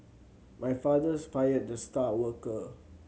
my fathers fired the star worker